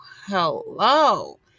hello